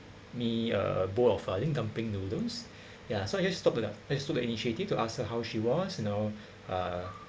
me a bowl of I think dumpling noodles ya so I just took the just took the initiative to ask her how she was you know uh